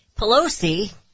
Pelosi